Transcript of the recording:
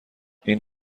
این